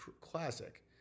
classic